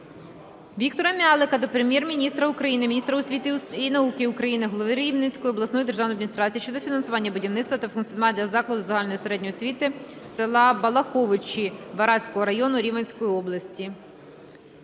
Віктора М'ялика до Прем'єр-міністра України, міністра освіти і науки України, голови Рівненської обласної державної адміністрації щодо фінансування будівництва та функціонування закладу загальної середньої освіти села Балаховичі Вараського району Рівненської області.